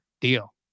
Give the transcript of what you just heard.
deal